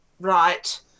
right